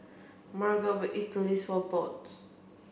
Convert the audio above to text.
Margo bought Idili for Bode